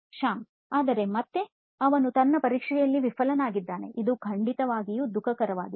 ಶ್ಯಾಮ್ ಆದರೆ ಮತ್ತೆ ಅವನು ತನ್ನ ಪರೀಕ್ಷೆಯಲ್ಲಿ ವಿಫಲನಾಗಿದ್ದಾನೆ ಇದು ಖಂಡಿತವಾಗಿಯೂ ದುಃಖಕರವಾಗಿದೆ